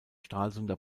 stralsunder